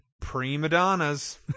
pre-madonnas